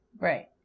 Right